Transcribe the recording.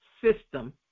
system